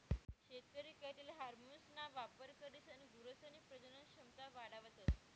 शेतकरी कॅटल हार्मोन्सना वापर करीसन गुरसनी प्रजनन क्षमता वाढावतस